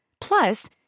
Plus